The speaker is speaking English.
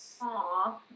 Aw